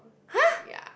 !huh!